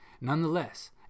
Nonetheless